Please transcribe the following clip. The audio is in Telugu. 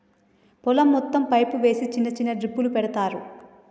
పొలం మొత్తం పైపు వేసి చిన్న చిన్న డ్రిప్పులు పెడతార్